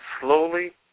slowly